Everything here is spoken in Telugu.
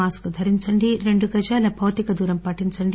మాస్క్ ధరించండి రెండు గజాల భౌతిక దూరం పాటించండి